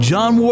John